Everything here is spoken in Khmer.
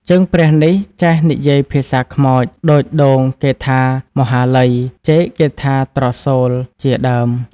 ជើងព្រះនេះ ចេះនិយាយភាសាខ្មោច ដូចដូង គេថា "មហាលៃ" ចេក គេថា "ត្រសូល" ជា ដើម ។